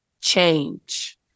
change